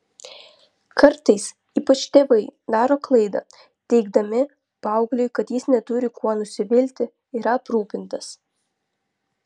kartais ypač tėvai daro klaidą teigdami paaugliui kad jis neturi kuo nusivilti yra aprūpintas